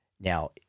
Now